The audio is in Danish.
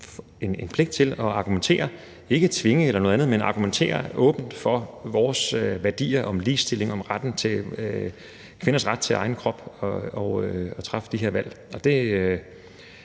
en pligt til at argumentere, ikke tvinge eller noget andet, men argumentere åbent for vores værdier om ligestilling og om kvinders ret til egen krop og til at træffe de her valg.